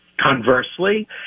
Conversely